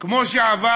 כמו שעבר